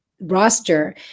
roster